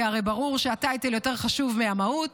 כי הרי ברור שהטייטל יותר חשוב מהמהות.